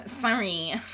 Sorry